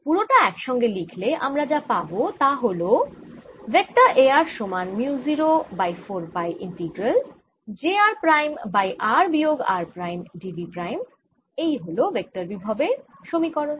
পুরোটা এক সঙ্গে লিখলে আমরা যা পাবো তা হল ভেক্টর A r সমান mu 0 by 4 pi integral j r prime by r বিয়োগ r prime d v prime এই হল ভেক্টর বিভবের সমীকরণ